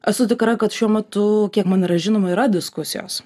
esu tikra kad šiuo metu kiek man yra žinoma yra diskusijos